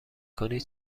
کنی